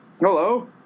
Hello